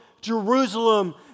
Jerusalem